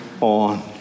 on